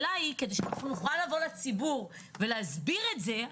אבל כדי שנוכל לבוא לציבור ולהסביר את זה,